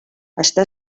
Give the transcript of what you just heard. està